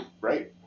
right